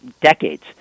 decades